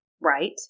Right